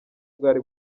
bwari